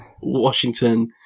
washington